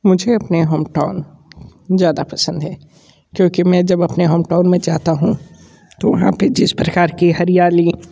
मुझे अपने होमटाउन ज़्यादा पसंद है क्योंकि मैं जब अपने होमटाउन में जाता हूँ तो वहाँ पर जिस प्रकार की हरियाली